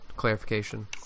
Clarification